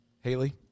Haley